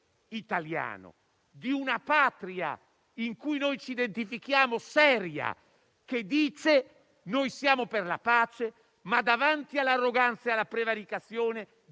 di una Patria, in cui noi ci identifichiamo, seria, che dice: noi siamo per la pace, ma davanti all'arroganza e alla prevaricazione